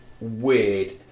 weird